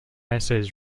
essays